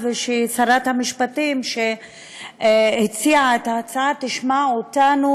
וששרת המשפטים שהציעה את ההצעה תשמע אותנו,